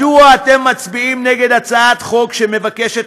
מדוע אתם מצביעים נגד הצעת חוק שמבקשת